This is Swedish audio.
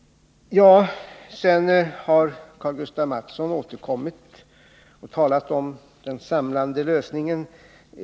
Karl-Gustaf Mathsson återkom och talade om den samlande lösningen.